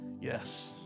yes